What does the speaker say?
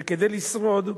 וכדי לשרוד,